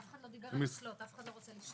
אף אחד לא דיבר על לשלוט, אף אחד לא רוצה לשלוט.